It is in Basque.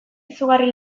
izugarri